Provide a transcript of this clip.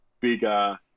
bigger